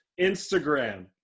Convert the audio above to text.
instagram